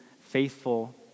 faithful